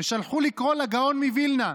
ושלחו לקרוא לגאון מווילנה.